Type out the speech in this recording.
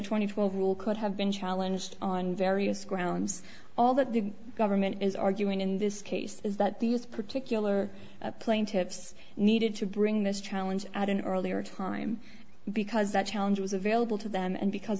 four rule could have been challenged on various grounds all that the government is arguing in this case is that these particular plaintiffs needed to bring this challenge at an earlier time because that challenge was available to them and because